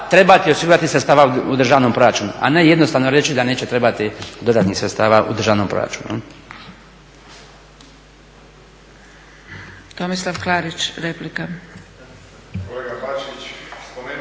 trebati osigurati sredstava u državnom proračunu, a ne jednostavno reći da neće trebati dodatnih sredstava u državnom proračunu.